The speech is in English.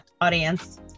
audience